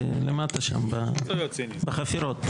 זה למטה שם, בחפירות.